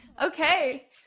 okay